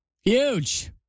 Huge